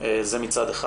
זה מצד אחד.